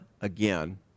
again